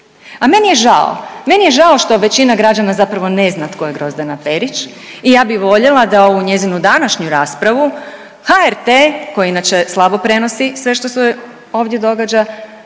A meni je žao, meni je žao što većina građana zapravo ne zna tko je Grozdana Perić. I ja bi voljela da ovu njezinu današnju raspravu HRT, koji inače slabo prenosi sve što se ovdje događa,